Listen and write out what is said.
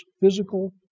physical